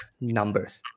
numbers